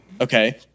Okay